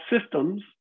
systems